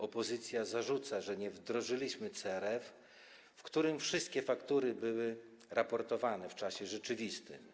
Opozycja zarzuca, że nie wdrożyliśmy CRF, w którym wszystkie faktury byłyby raportowane w czasie rzeczywistym.